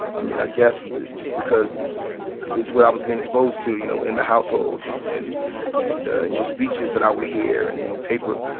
i mean, i guess just because it's what i was being exposed to, you know, in the household, and, and ah you know, speeches that i would hear and, you know, paper